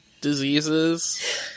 diseases